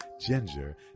ginger